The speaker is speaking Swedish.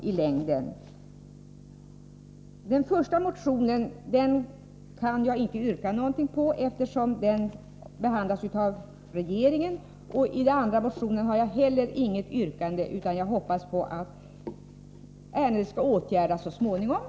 När det gäller den första motionen kan jag inte ställa något yrkande, eftersom frågan behandlas av regeringen. När det gäller den andra motionen har jag inte heller något yrkande; jag hoppas att ärendet så småningom skall åtgärdas. Tack!